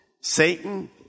Satan